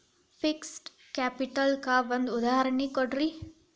fixed capital ಕ್ಕ ಒಂದ್ ಉದಾಹರ್ಣಿ ಕೊಡ್ರಿ